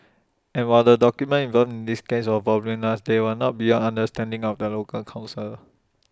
and while the documents involved in this case were voluminous they were not beyond understanding of the local counsel